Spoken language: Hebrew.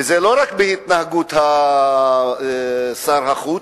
וזה לא רק התנהגות שר החוץ,